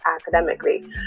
academically